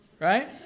Right